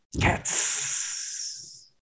Cats